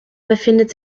befindet